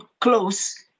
close